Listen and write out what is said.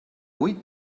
huit